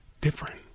different